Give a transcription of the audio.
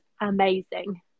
amazing